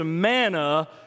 manna